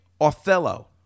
Othello